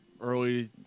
early